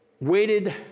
waited